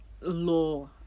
law